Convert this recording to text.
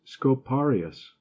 scoparius